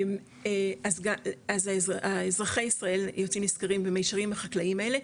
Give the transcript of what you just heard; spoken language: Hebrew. אז אזרחי ישראל יוצאים נשכרים והחקלאים האלה,